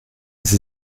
sie